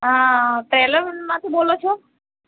હા પેલોવીનમાંથી બોલો છો